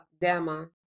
DEMA